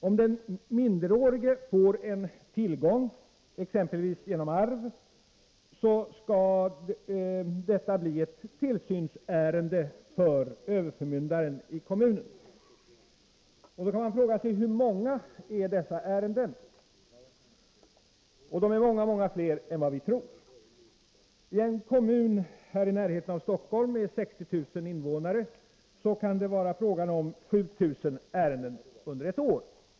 Om den minderårige får en tillgång, exempelvis genom arv, så skall detta bli ett tillsynsärende för överförmyndaren i kommunen. Då kan man fråga sig: Hur många är dessa ärenden? Det är många, många fler än vad vi tror. I en kommun här i närheten av Stockholm med 60 000 invånare kan det vara fråga om 7 000 ärenden under ett år.